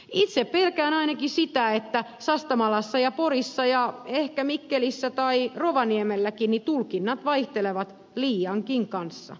itse pelkään ainakin sitä että sastamalassa ja porissa ja ehkä mikkelissä tai rovaniemelläkin tulkinnat vaihtelevat liiankin kanssa